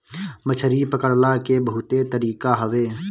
मछरी पकड़ला के बहुते तरीका हवे